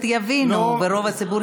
רבותיי,